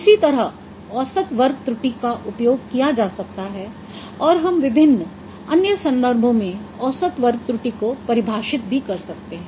इसी तरह औसत वर्ग त्रुटि का उपयोग किया जा सकता है और हम विभिन्न अन्य संदर्भों में औसत वर्ग त्रुटि को परिभाषित भी कर सकते हैं